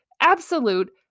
absolute